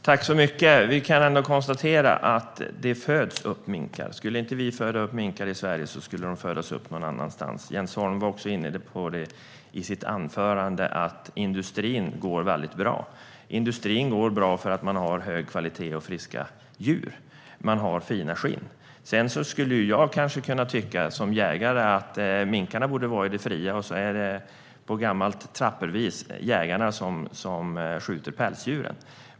Herr talman! Vi kan ändå konstatera att det föds upp minkar. Skulle vi inte föda upp minkar i Sverige skulle de födas upp någon annanstans. Jens Holm tog upp i sitt anförande att den industrin går väldigt bra, och det gör den för att man har hög kvalitet och friska djur. Djuren har fina skinn. Sedan kan jag som jägare tycka att minkar borde leva i det fria, och sedan är det jägarna som på gammalt trappervis skjuter pälsdjuren.